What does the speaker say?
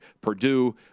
Purdue